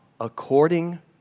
according